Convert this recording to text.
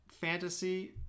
fantasy